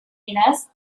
genus